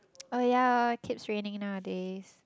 oh ya it keeps raining nowadays